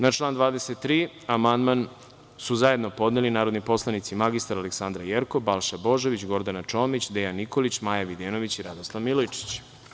Na član 23. amandman su zajedno podneli narodni poslanici mr Aleksandra Jerkov, Balša Božović, Gordana Čomić, Dejan Nikolić, Maja Videnović i Radoslav Milojičić.